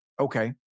Okay